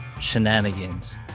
shenanigans